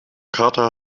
kater